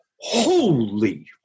Holy